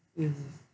yes